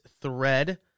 thread